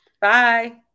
Bye